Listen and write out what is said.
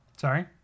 Sorry